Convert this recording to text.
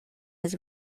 his